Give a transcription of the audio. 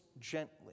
gently